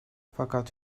fakat